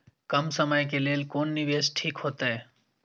कम समय के लेल कोन निवेश ठीक होते?